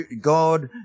God